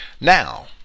Now